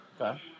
okay